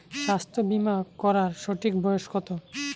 স্বাস্থ্য বীমা করার সঠিক বয়স কত?